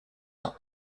ans